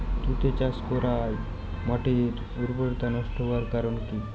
তুতে চাষ করাই মাটির উর্বরতা নষ্ট হওয়ার কারণ কি?